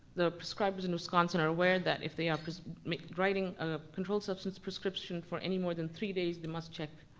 the prescribers in wisconsin are aware that if they are writing a controlled substance prescription for any more than three days, they must check